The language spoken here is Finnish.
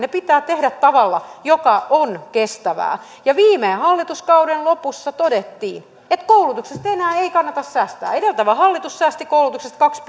se pitää tehdä tavalla joka on kestävää viime hallituskauden lopussa todettiin että koulutuksesta ei enää kannata säästää edeltävä hallitus säästi koulutuksesta kaksi